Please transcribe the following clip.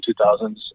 2000s